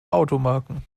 automarken